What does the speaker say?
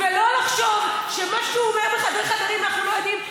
ולא לחשוב שמה שהוא אומר בחדרי-חדרים אנחנו לא יודעים,